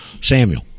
Samuel